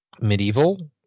medieval